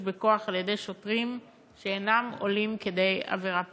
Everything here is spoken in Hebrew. בכוח בידי שוטרים שאינם עולים כדי עבירה פלילית.